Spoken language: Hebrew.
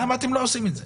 למה אתם לא עושים את זה?